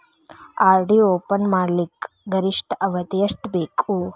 RD open ಮಾಡಲಿಕ್ಕ ಗರಿಷ್ಠ ಅವಧಿ ಎಷ್ಟ ಬೇಕು?